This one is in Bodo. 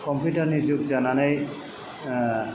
कम्पिउटार नि जुग जानानै